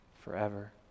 forever